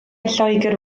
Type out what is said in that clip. lloegr